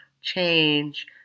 change